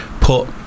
Put